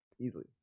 easily